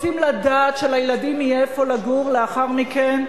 רוצים לדעת שלילדים יהיה איפה לגור לאחר מכן,